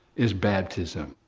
is baptism.